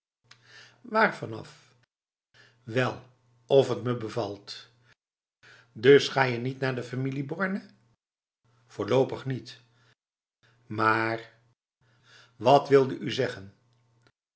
af wel of het me bevalt dus ga je niet naar de familie borne voorlopig nietf maar wat wilde u zeggen